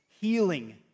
healing